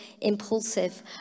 impulsive